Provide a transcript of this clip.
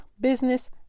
business